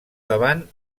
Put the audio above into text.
davant